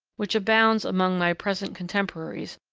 which abounds among my present contemporaries,